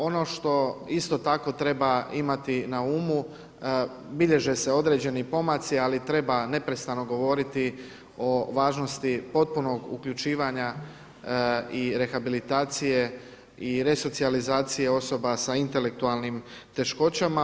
Ono što isto tako treba imati na umu bilježe se određeni pomaci, ali treba neprestano govoriti o važnosti potpunost uključivanja i rehabilitacije i resocijalizacije osoba sa intelektualnim teškoćama.